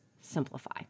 simplify